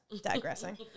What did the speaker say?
digressing